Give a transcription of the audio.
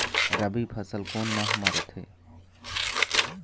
रबी फसल कोन माह म रथे?